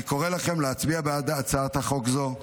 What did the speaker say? אני קורא לכם להצביע בעד הצעת החוק הזו.